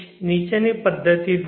નીચેની પદ્ધતિ દ્વારા